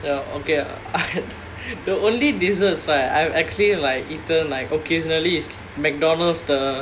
ya okay the only desserts right I've actually like eaten like occasionally is McDonald's the